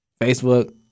Facebook